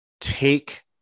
take